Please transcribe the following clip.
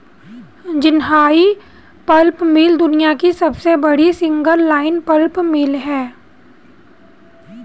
Jinhai pulp mill दुनिया की सबसे बड़ी सिंगल लाइन पल्प मिल है